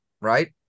right